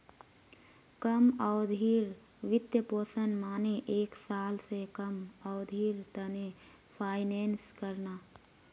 कम अवधिर वित्तपोषण माने एक साल स कम अवधिर त न फाइनेंस करना